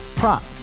prop